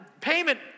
Payment